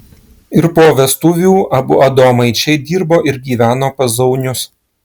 ir po vestuvių abu adomaičiai dirbo ir gyveno pas zaunius